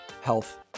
health